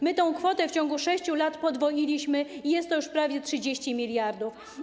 My tę kwotę w ciągu 6 lat podwoiliśmy i jest to już prawie 30 mld.